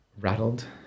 rattled